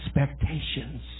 expectations